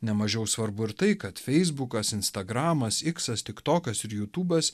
ne mažiau svarbu ir tai kad feisbukas instagramas iksas tik tokas ir jutubas